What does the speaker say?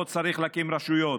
לא צריך להקים רשויות.